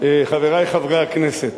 חברי חברי הכנסת,